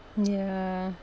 ya